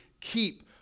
keep